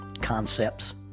concepts